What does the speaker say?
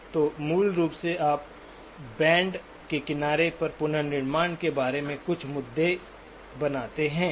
तो मूल रूप से आप बैंड के किनारे पर पुनर्निर्माण के बारे में कुछ मुद्दे बनाते हैं